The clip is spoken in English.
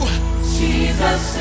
Jesus